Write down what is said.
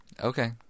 Okay